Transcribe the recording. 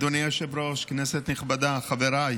אדוני היושב-ראש, כנסת נכבדה, חבריי,